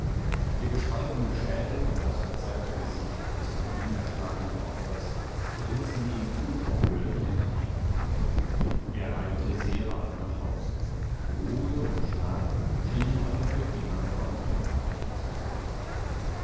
der gespaltene schädel und das verzerrte gesicht des von ihm erschlagenen opfers grinsten ihm unaufhörlich entgegen er eilte sehr bald nach hause ruhe und schlaf schienen aber für immer von ihm gewichen zu sein